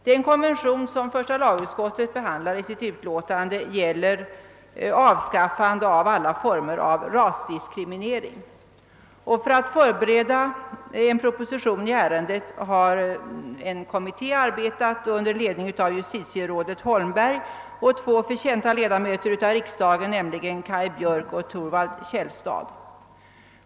Den konvention som första laguiskottet behandlar i förevarande utlåtande gäller avskaffande av alla former av rasdiskriminering. För att förbereda en proposition i ärendet har en kommitté arbetat under iedning av justitierådet Holmberg och två förtjänta ledamöter av riksdagen, nämligen Kaj Björk och Thorvald Källstad.